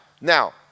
now